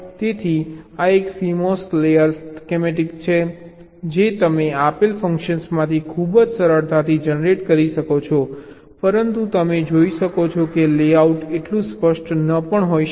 તેથી આ એક CMOS લેયર સ્કેમેટિક છે જે તમે આપેલ ફંકશનમાંથી ખૂબ જ સરળતાથી જનરેટ કરી શકો છો પરંતુ તમે જોઈ શકો છો કે લેઆઉટ એટલું સ્પષ્ટ ન પણ હોઈ શકે